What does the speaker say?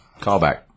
Callback